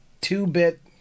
two-bit